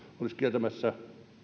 olisi kieltämässä